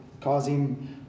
causing